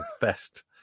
best